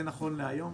זה נכון להיום?